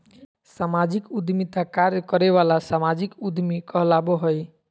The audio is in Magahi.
सामाजिक उद्यमिता कार्य करे वाला सामाजिक उद्यमी कहलाबो हइ